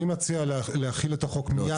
אני מציע להחיל את החוק מיד.